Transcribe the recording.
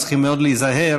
וצריך מאוד להיזהר,